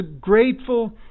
grateful